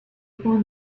point